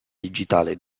digitale